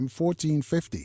1450